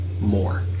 more